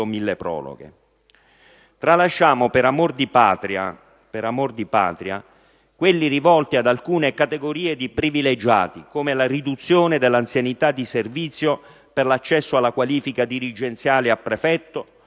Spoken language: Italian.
milleproroghe. Tralasciamo per amor di Patria quelli rivolti ad alcune categorie di privilegiati, come la riduzione dell'anzianità di servizio per l'accesso alla qualifica dirigenziale a prefetto